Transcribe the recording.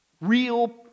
real